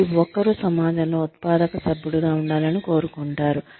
ప్రతి ఒక్కరూ సమాజంలో ఉత్పాదక సభ్యుడిగా ఉండాలని కోరుకుంటారు